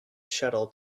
shuttle